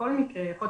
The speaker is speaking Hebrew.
ויכול להיות